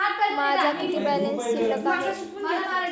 माझा किती बॅलन्स शिल्लक आहे?